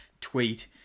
tweet